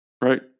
right